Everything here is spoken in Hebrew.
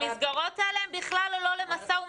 המסגרו האלה הן לא למשא ומתן.